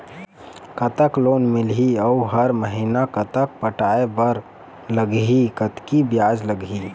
कतक लोन मिलही अऊ हर महीना कतक पटाए बर लगही, कतकी ब्याज लगही?